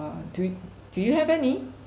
uh do you do you have any